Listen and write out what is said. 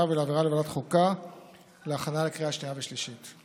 ולהעבירה לוועדת חוקה להכנה לקריאה שנייה ושלישית.